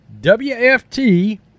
WFT